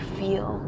feel